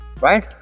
right